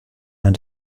and